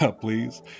please